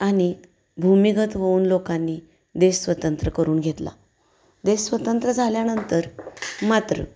आणि भूमीगत होऊन लोकांनी देश स्वतंत्र करून घेतला देश स्वतंत्र झाल्यानंतर मात्र